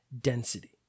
density